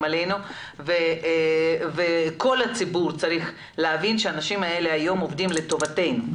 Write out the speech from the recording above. עלינו וכל הציבור צריך להבין שהאנשים האלה היום עובדים לטובתנו.